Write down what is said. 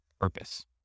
purpose